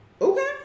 Okay